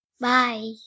Bye